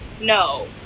no